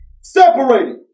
Separated